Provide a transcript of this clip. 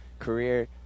career